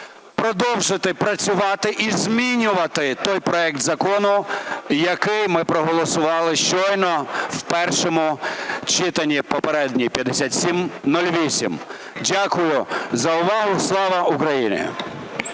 продовжити працювати і змінювати той проект закону, який ми проголосували щойно в першому читанні, попередній 5708. Дякую за увагу. Слава Україні!